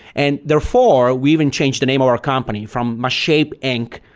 and therefore, we even changed the name of our company from mashape inc.